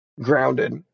Grounded